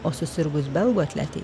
o susirgus belgų atletei